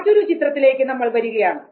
മറ്റൊരു ചിത്രത്തിലേക്ക് നമ്മൾ വരികയാണ്